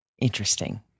Interesting